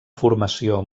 formació